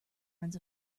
runs